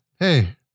Hey